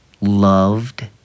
loved